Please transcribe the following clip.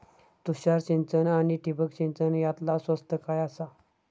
तुषार सिंचन आनी ठिबक सिंचन यातला स्वस्त काय आसा?